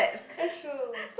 that's true